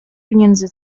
pieniędzy